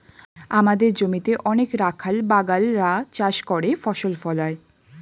আমাদের জমিতে অনেক রাখাল বাগাল রা চাষ করে ফসল ফলায়